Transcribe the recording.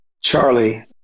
Charlie